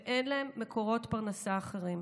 ואין להם מקורות פרנסה אחרים.